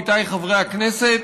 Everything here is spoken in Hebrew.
עמיתיי חברי הכנסת,